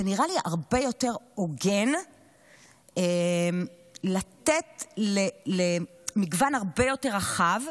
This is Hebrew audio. זה נראה לי הרבה יותר הוגן לתת למגוון הרבה יותר רחב,